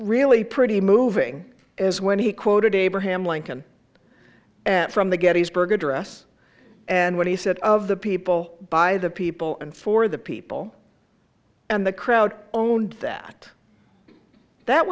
really pretty moving is when he quoted abraham lincoln from the gettysburg address and what he said of the people by the people and for the people and the crowd own that that